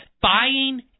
buying